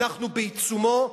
אנחנו בעיצומו,